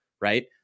right